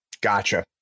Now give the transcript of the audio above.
Gotcha